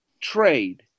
trade